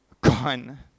gone